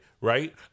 right